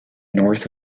north